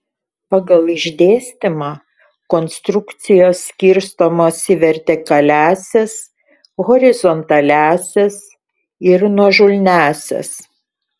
pagal išdėstymą konstrukcijos skirstomos į vertikaliąsias horizontaliąsias ir nuožulniąsias